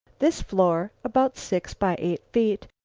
this floor, about six by eight feet,